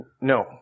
No